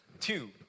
Two